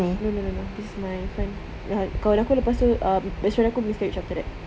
no no no this is my friend ya kawan aku lepas tu um bestfriend aku miscarriage after that